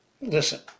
listen